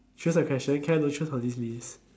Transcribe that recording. choose the questions can I don't choose from this list